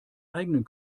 eigenen